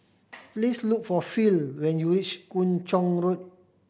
please look for Phil when you reach Kung Chong Road